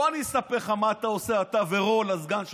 בוא אני אספר מה אתה עושה, אתה ורול, הסגן שלך,